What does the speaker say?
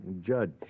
Judge